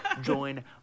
join